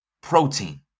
protein